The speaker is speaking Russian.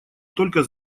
только